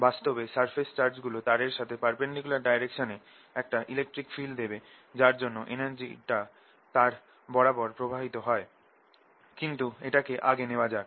বাস্তবে surface charge গুলো তারের সাথে পারপেন্ডিকুলার ডাইরেকশনে একটা ইলেকট্রিক ফিল্ড দেবে যার জন্য এনার্জিটা তার বরাবর প্রবাহিত হয় কিন্তু এটাকে আগে নেওয়া যাক